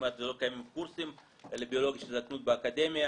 כמעט שלא קיימים קורסים לביולוגיית ההזדקנות באקדמיה.